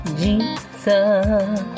jesus